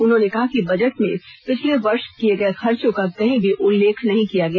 उन्होंने कहा कि बजट में पिछले वर्ष किए गए खर्चों का कहीं भी उल्लेख नहीं किया गया